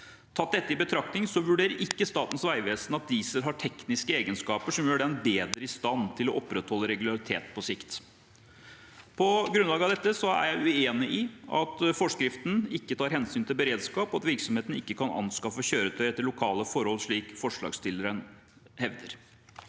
Dette tatt i betraktning vurderer ikke Statens vegvesen at diesel har tekniske egenskaper som gjør den bedre i stand til å opprettholde regularitet på sikt. På grunnlag av dette er jeg uenig i at forskriften ikke tar hensyn til beredskap, og at virksomhetene ikke kan anskaffe kjøretøy etter lokale forhold, slik forslagsstillerne hevder.